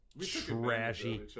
trashy